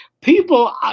people